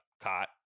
caught